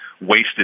wasted